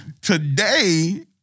today